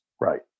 Right